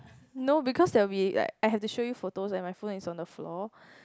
no because that we like I have to show you photos and my phone is on the floor